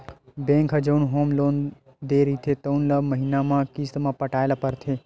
bank ह जउन home loan दे रहिथे तउन ल महिना म किस्त म पटाए ल परथे